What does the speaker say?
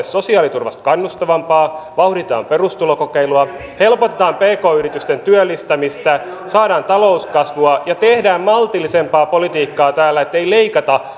sosiaaliturvasta kannustavampaa vauhditettaisiin perustulokokeilua helpotetaan pk yritysten työllistämistä saadaan talouskasvua ja tehdään maltillisempaa politiikkaa täällä ei leikata